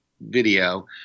video